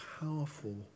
powerful